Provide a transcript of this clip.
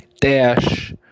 dash